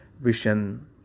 vision